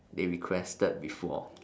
they requested before